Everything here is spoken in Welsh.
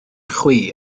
chwi